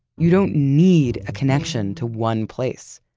you don't need a connection to one place.